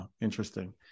Interesting